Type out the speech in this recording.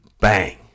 bang